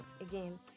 again